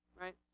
Right